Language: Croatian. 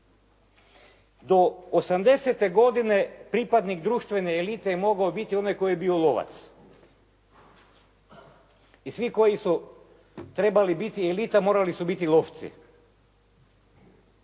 Do '80. godine pripadnih društvene elite je mogao biti onaj tko je bio lovac. I svi koji su trebali biti elita, morali su biti lovci.